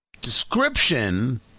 description